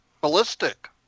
ballistic